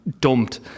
dumped